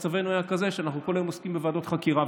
מצבנו היה כזה שאנחנו כל היום עוסקים בוועדות חקירה.